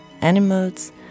animals